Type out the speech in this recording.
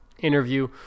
interview